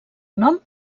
nom